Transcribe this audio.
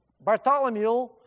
Bartholomew